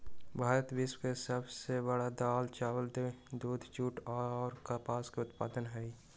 भारत विश्व के सब से बड़ दाल, चावल, दूध, जुट आ कपास के उत्पादक हई